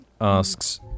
asks